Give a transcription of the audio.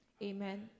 Amen